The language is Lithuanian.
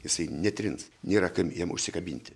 jisai netrins nėra kam jiem užsikabinti